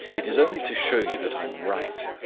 it is only to show you that i am right.